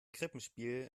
krippenspiel